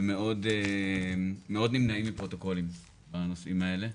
והם מאוד נמנעים מפרוטוקולים בנושאים האלה.